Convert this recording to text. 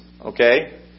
okay